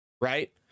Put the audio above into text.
right